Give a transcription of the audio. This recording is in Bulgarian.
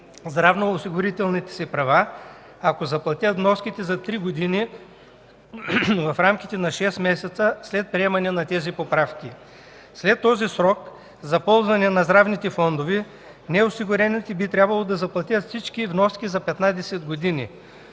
здравноосигурителните си права, ако заплатят вноските за три години в рамките на шест месеца след приемане на тези поправки. След този срок за ползване на здравните фондове неосигурените би трябвало да заплатят всички вноски за 15 години.